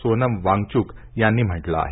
सोनम वांगचुक यांनी म्हटलं आहे